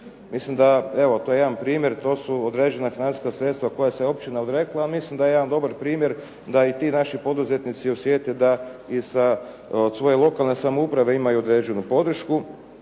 Mislim da, evo to je jedan primjer, to su određena financijska sredstva kojih se općina odrekla, ali mislim da je jedan dobar primjer da i ti naši poduzetnici osjete da i od svoje lokalne samouprave imaju određenu podršku.